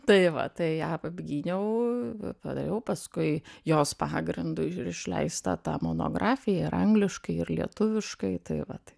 tai va tai ją apgyniau padariau paskui jos pagrindu ir išleista ta monografija ir angliškai ir lietuviškai tai vat